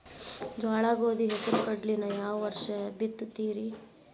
ಜೋಳ, ಗೋಧಿ, ಹೆಸರು, ಕಡ್ಲಿನ ಯಾವ ವರ್ಷ ಬಿತ್ತತಿರಿ?